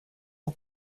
ans